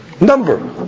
number